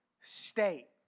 state